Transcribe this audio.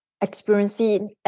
experiencing